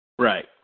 Right